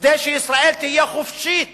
כדי שישראל תהיה חופשית